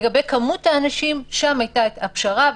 לגבי כמות האנשים, שם היתה הפשרה.